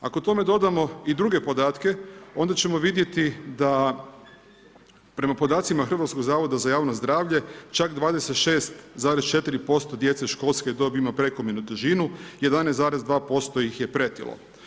Ako tome dodamo i druge podatke onda ćemo vidjeti da prema podacima Hrvatskog zavoda za javno zdravstvo čak 26,4% djece školske dobi ima prekomjernu težinu, 11,2% ih je pretilo.